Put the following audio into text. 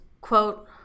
quote